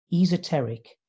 esoteric